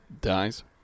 dies